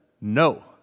no